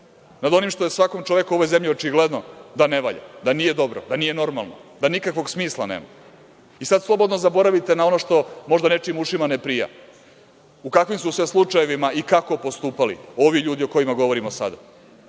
nad onim što je svakom čoveku u ovoj zemlji očigledno da ne valja, da nije dobro, da nije normalno, da nikakvog smisla nema.I sada slobodno zaboravite na ono što možda nečijim ušima ne prija, u kakvim su sve slučajevima i kako postupali ovi ljudi o kojima govorimo sada.